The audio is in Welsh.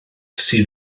sydd